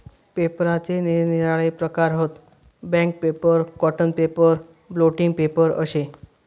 पेपराचे निरनिराळे प्रकार हत, bank paper, cotton paper, blotting paper अशे